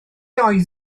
oedd